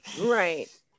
Right